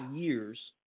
years